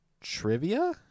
trivia